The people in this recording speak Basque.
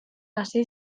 hasi